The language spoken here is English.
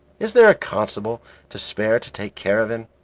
is there a constable to spare to take care of him?